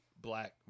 Black